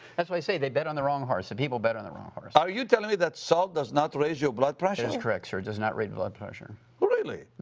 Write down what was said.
why i say, they bet on the wrong horse. the people bet on the wrong horse. are you telling me that salt does not raise your blood pressure? that's correct, sir. it does not raise blood pressure. really?